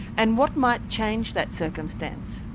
and what might change that circumstance?